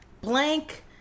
Blank